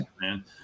man